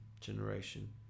generation